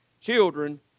children